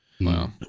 Wow